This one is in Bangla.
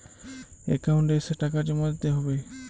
একাউন্ট এসে টাকা জমা দিতে হবে?